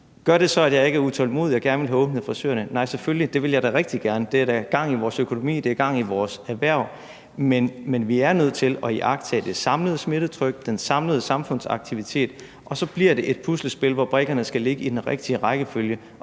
Gør det så, at jeg ikke er utålmodig og gerne vil have åbnet frisørerhvervet? Nej, selvfølgelig ville jeg da rigtig gerne det, for det ville betyde gang i vores økonomi, gang i vores erhverv. Men vi er nødt til at iagttage det samlede smittetryk, den samlede samfundsaktivitet, og så bliver det et puslespil, hvor brikkerne skal ligge i den rigtige rækkefølge.